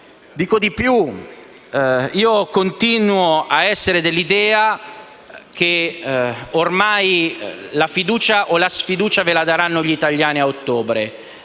Dico di più. Continuo a essere dell'idea che ormai la fiducia o la sfiducia ve la daranno gli italiani a ottobre